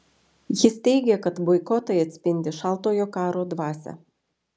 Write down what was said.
jis teigė kad boikotai atspindi šaltojo karo dvasią